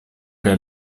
che